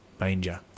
manger